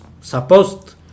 supposed